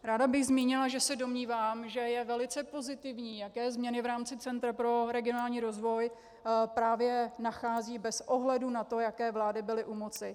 Ráda bych zmínila, že se domnívám, že je velice pozitivní, jaké změny v rámci Centra pro regionální rozvoj právě nachází bez ohledu na to, jaké vlády byly u moci.